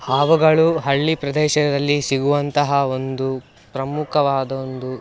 ಹಾವುಗಳು ಹಳ್ಳಿ ಪ್ರದೇಶದಲ್ಲಿ ಸಿಗುವಂತಹ ಒಂದು ಪ್ರಮುಖವಾದ ಒಂದು